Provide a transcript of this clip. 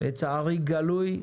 לצערי גלוי,